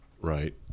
right